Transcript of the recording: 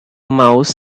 mouse